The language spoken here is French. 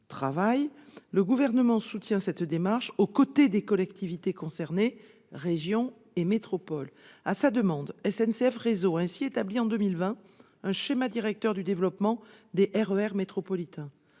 le Gouvernement soutient cette démarche aux côtés des collectivités concernées- régions et métropoles. À sa demande, SNCF Réseau a ainsi établi en 2020 un schéma directeur du développement des RER métropolitains.